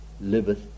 liveth